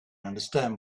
understand